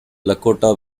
lakota